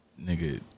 nigga